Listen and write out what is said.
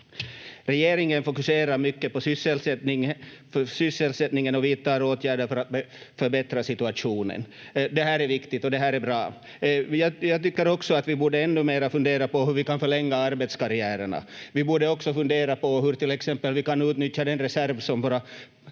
Regeringen fokuserar mycket på sysselsättningen och vidtar åtgärder för att förbättra situationen. Det här är viktigt och det här är bra. Jag tycker också att vi ännu mera borde fundera på hur vi kan förlänga arbetskarriärerna. Vi borde också fundera på hur vi till exempel kan utnyttja den reserv som våra